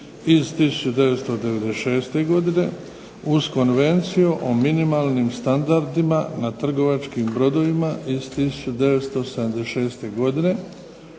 iz 1996. godine uz Konvenciju o minimalnim standardima na trgovačkim brodovima iz '76. godine,